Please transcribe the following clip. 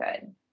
good